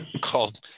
called